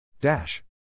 Dash